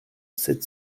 sept